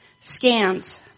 Scans